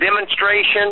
demonstration